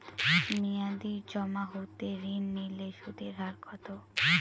মেয়াদী জমা হতে ঋণ নিলে সুদের হার কত?